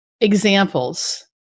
examples